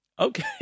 Okay